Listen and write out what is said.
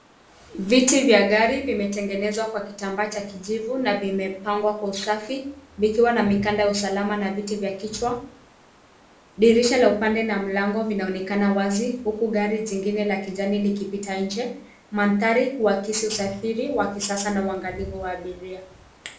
Viti vya gari vimetengenezwa kwa kitambaa cha kijivu na vimepangwa kwa usafi vikiwa na mikanda ya usalama na viti vya kichwa. Dirisha la upande na mlango vinaonekana wazi huku gari jingine la kijani likipita nje. Mandhari huakisi usafiri wa kisasa na uangalivu wa abiria.